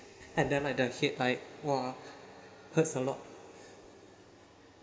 and then like the head right !wah! hurts a lot